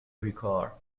vicar